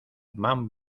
van